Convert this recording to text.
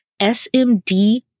SMD